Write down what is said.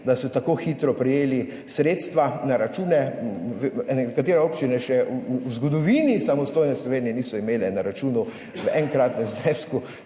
da so tako hitro prejeli sredstva na račune. Nekatere občine še v zgodovini samostojne Slovenije niso imele na računu v enkratnem znesku